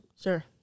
Sure